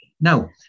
Now